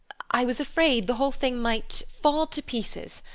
i was afraid the whole thing might fall to pieces